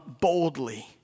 boldly